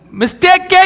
mistake